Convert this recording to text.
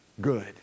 good